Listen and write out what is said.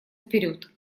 вперед